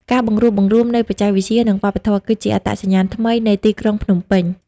ការបង្រួបបង្រួមនៃ "បច្ចេកវិទ្យា និងវប្បធម៌" គឺជាអត្តសញ្ញាណថ្មីនៃទីក្រុងភ្នំពេញ។